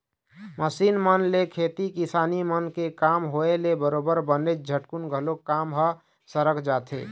machine मन ले खेती किसानी मन के काम होय ले बरोबर बनेच झटकुन घलोक काम ह सरक जाथे